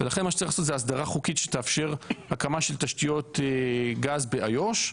ולכן מה שצריך לעשות זו אסדרה חוקית שתאפשר הקמה של תשתיות גז באיו"ש.